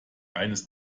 eines